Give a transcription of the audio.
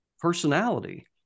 personality